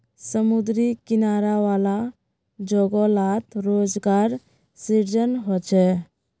समुद्री किनारा वाला जोगो लात रोज़गार सृजन होचे